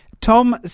Tom